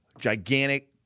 gigantic